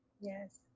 Yes